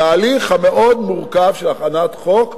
בהליך המאוד-מורכב של הכנת חוק,